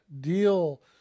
deal